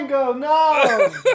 No